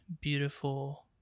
beautiful